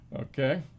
Okay